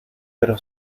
pero